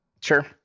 Sure